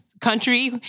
Country